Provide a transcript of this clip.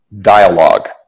dialogue